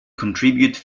contribute